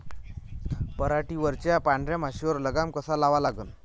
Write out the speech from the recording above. पराटीवरच्या पांढऱ्या माशीवर लगाम कसा लावा लागन?